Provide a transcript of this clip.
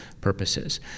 purposes